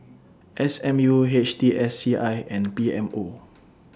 S M U H T S C I and P M O